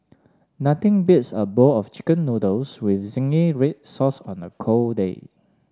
nothing beats a bowl of chicken noodles with zingy red sauce on a cold day